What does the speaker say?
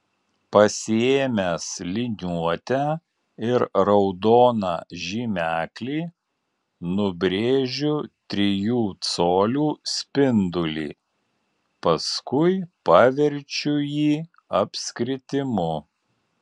pasiėmęs liniuotę ir raudoną žymeklį nubrėžiu trijų colių spindulį paskui paverčiu jį apskritimu